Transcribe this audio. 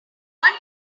one